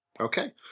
Okay